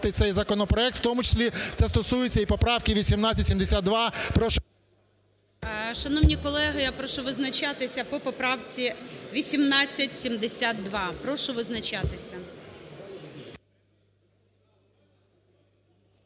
Шановні колеги, я прошу визначатися по поправці 1872. Прошу визначатися.